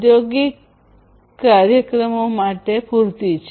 દ્યોગિક કાર્યક્રમો માટે પૂરતી છે